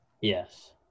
Yes